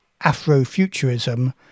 Afrofuturism